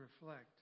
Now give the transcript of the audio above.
reflect